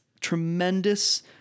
tremendous